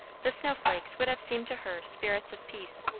the snow-flakes would have seemed to her spirits of peace.